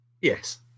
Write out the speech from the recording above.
Yes